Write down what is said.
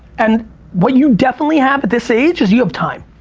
and what you definitely have at this age is you have time.